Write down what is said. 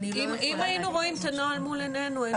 אם היינו רואים את הנוהל מול עינינו.